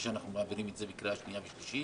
שאנחנו מעבירים את זה בקריאה שנייה ושלישית.